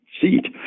seat